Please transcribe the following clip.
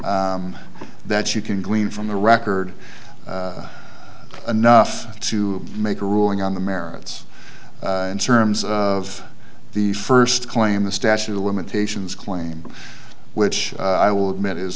that you can glean from the record enough to make a ruling on the merits in terms of the first claim the statute of limitations claim which i will admit is